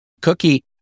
cookie